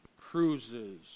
cruises